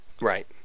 Right